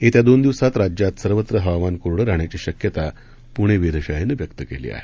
येत्या दोन दिवसात राज्यात सर्वत्र हवामान कोरडं राहण्याची शक्यता पुणे वेधशाळेनं व्यक्त केली आहे